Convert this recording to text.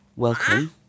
Welcome